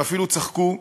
ואפילו צחקו?